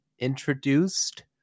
introduced